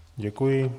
Děkuji.